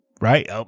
right